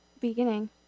beginning